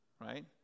right